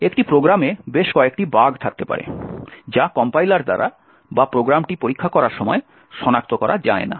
একটি প্রোগ্রামে বেশ কয়েকটি বাগ থাকতে পারে যা কম্পাইলার দ্বারা বা প্রোগ্রামটি পরীক্ষা করার সময় সনাক্ত করা যায় না